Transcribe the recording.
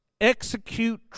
Execute